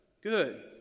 Good